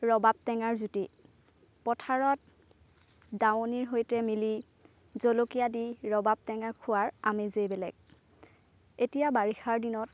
ৰবাব টেঙাৰ জুতি পথাৰত দাৱনিৰ সৈতে মিলি জলকীয়া দি ৰবাব টেঙা খোৱাৰ আমেজেই বেলেগ এতিয়াৰ বাৰিষাৰ দিনত